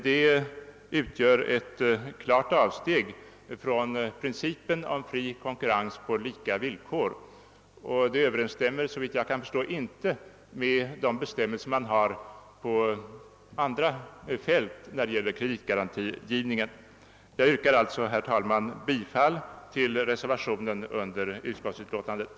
Detta är ett klart avsteg från principen om fri konkurrens på lika villkor och överensstäm mer inte, såvitt jag förstår, med bestämmelserna på andra områden när det gäller kreditgarantigivning. Herr talman! Jag ber att få yrka bi